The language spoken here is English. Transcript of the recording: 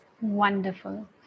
wonderful